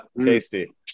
Tasty